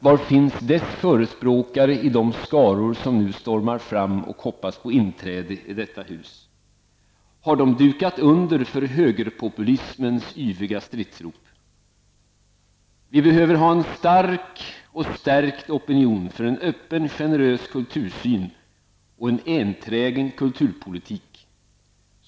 Var finns dess förespråkare i de skaror som nu stormar fram och hoppas på inträde i detta hus? Har de dukat under för högerpopulismens yviga stridsrop? Vi behöver en stark och stärkt opinion för en öppen generös kultursyn och en enträgen kulturpolitik.